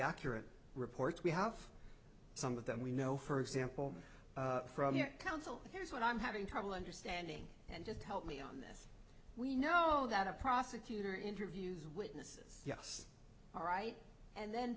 accurate reports we have some of them we know for example from your counsel here's what i'm having trouble understanding and just help me on this we know that a prosecutor interviews witnesses yes all right and then